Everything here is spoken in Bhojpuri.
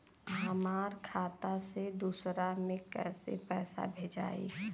हमरा खाता से दूसरा में कैसे पैसा भेजाई?